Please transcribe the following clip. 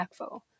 impactful